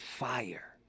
fire